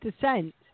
descent